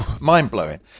Mind-blowing